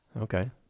Okay